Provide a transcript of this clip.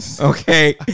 Okay